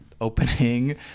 opening